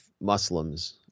Muslims